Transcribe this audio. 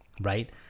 right